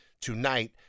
tonight